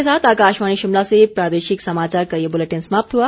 इसी के साथ आकाशवाणी शिमला से प्रादेशिक समाचार का ये बुलेटिन समाप्त हुआ